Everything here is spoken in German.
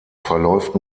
verläuft